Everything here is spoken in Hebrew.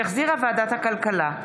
שהחזירה ועדת הכלכלה,